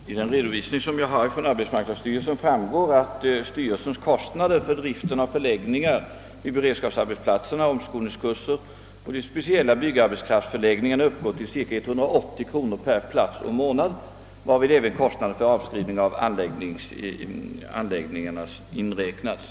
Herr talman! Av den redovisning jag har fått från arbetsmarknadsstyrelsen framgår att styrelsens kostnader för driften av förläggningar vid beredskapsarbetsplatser och omskolningskurser och av de speciella byggarbetsplatsförläggningarna uppgår till cirka 180 kronor per plats och månad, varvid även kostnaden för avskrivning av anläggningarna har inräknats.